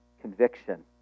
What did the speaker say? conviction